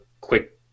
quick